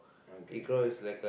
okay